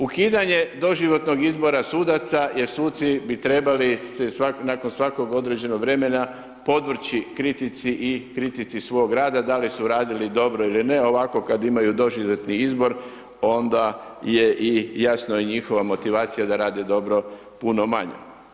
Ukidanje doživotnog izbora sudaca jer suci bi trebali se nakon svakog određenog vremena, podvrći kritici i kritici svog rada, da li su radili dobro ili ne, ovako kad imaju doživotni izbor, onda je i jasno i njihova motivacija da rade dobro puno manja.